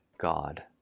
God